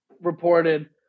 Reported